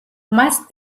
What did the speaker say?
მას